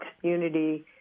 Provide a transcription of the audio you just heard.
community